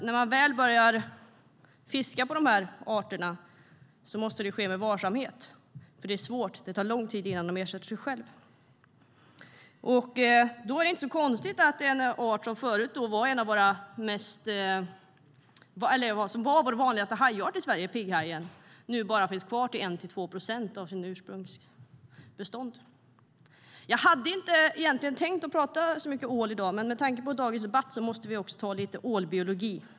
När man väl börjar fiska på dessa arter måste det därför ske med varsamhet, för det tar lång tid innan de ersätter sig själva. Då är det inte konstigt att den art som förut var vår vanligaste hajart, pigghajen, nu bara finns kvar i 1-2 procent av ursprungsbeståndet. Jag hade egentligen inte tänkt tala så mycket om ål i dag, men med tanke på dagens debatt måste vi ha lite ålbiologi.